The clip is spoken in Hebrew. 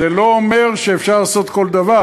זה לא אומר שאפשר לעשות כל דבר,